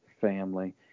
family